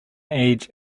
age